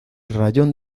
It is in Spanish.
raión